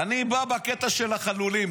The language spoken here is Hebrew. אני בא בקטע של החלולים.